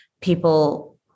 people